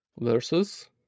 versus